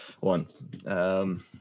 One